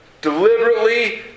deliberately